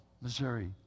Missouri